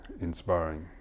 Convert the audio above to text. inspiring